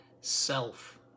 self